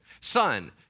Son